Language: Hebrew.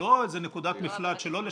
ולא איזו נקודת מפלט שלא לשלם.